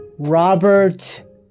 Robert